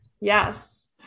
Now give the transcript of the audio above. Yes